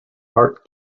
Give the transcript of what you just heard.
art